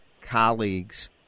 colleagues